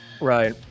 right